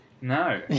No